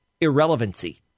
irrelevancy